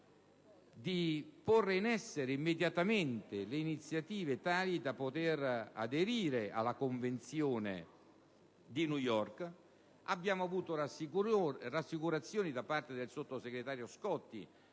ponga in essere immediatamente iniziative tali da permetterci di aderire alla Convenzione di New York. Abbiamo avuto rassicurazione da parte del sottosegretario Scotti,